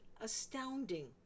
Astounding